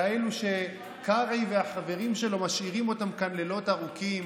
כאלה שקרעי והחברים שלו משאירים אותם כאן לילות ארוכים.